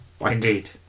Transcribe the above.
Indeed